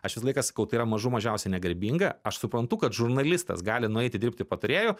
aš visą laiką sakau tai yra mažų mažiausiai negarbinga aš suprantu kad žurnalistas gali nueiti dirbti patarėju